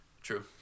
True